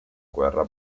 guerra